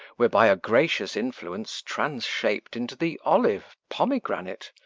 were by a gracious influence transhap'd into the olive, pomegranate,